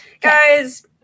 Guys